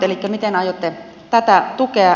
elikkä miten aiotte tätä tukea